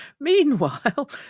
meanwhile